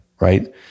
right